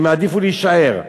הם יעדיפו להישאר.